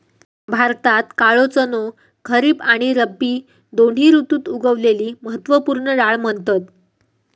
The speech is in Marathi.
भारतात काळो चणो खरीब आणि रब्बी दोन्ही ऋतुत उगवलेली महत्त्व पूर्ण डाळ म्हणतत